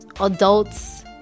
adults